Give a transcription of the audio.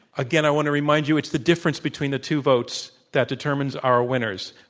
again, i want to remind you, it's the difference between the two votes that determines our winners.